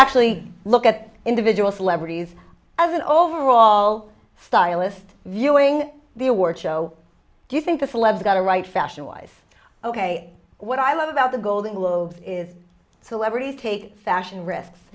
actually look at individual celebrities as an overall stylist viewing the award show do you think the celeb got a right fashion wise ok what i love about the golden globes is celebrities take fashion ris